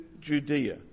Judea